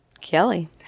Kelly